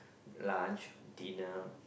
lunch dinner